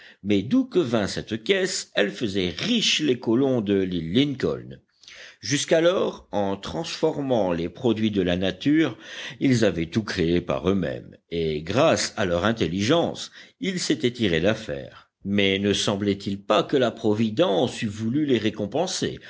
mais d'où que vînt cette caisse elle faisait riches les colons de l'île lincoln jusqu'alors en transformant les produits de la nature ils avaient tout créé par eux-mêmes et grâce à leur intelligence ils s'étaient tirés d'affaire mais ne semblait-il pas que la providence eût voulu les récompenser